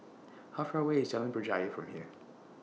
How Far away IS Jalan Berjaya from here